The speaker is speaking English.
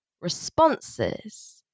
responses